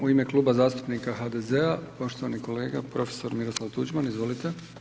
U ime Kluba zastupnika HDZ-a, poštovani kolega, prof. Miroslav Tuđman, izvolite.